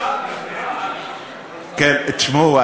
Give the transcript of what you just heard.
תשמעו,